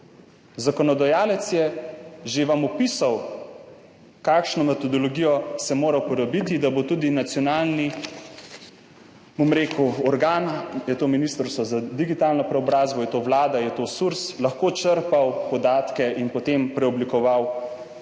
Zakonodajalec vam je že opisal, kakšno metodologijo se mora uporabiti, da bo tudi nacionalni organ, je to Ministrstvo za digitalno preobrazbo, je to Vlada, je to SURS, lahko črpal podatke in potem preoblikoval digitalno